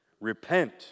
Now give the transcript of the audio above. Repent